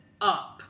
up